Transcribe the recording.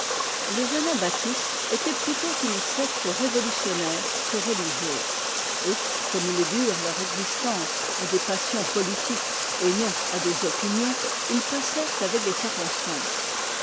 les anabaptistes étaient plutôt une secte révolutionnaire que religieuse et comme ils durent leur existence à des passions politiques et non à des opinions ils passèrent avec les circonstances